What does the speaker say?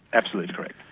absolutely correct.